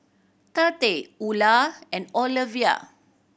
Tate Ula and Olevia